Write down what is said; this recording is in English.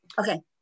Okay